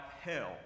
hell